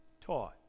taught